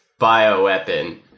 bioweapon